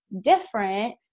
different